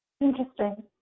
Interesting